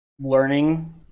learning